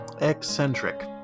eccentric